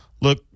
look